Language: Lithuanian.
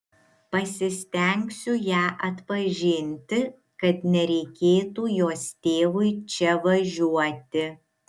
pasistengsiu ją atpažinti kad nereikėtų jos tėvui čia važiuoti